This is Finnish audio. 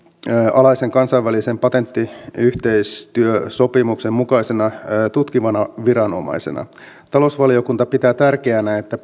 alaisen kansainvälisen patenttiyhteistyösopimuksen mukaisena tutkivana viranomaisena talousvaliokunta pitää tärkeänä että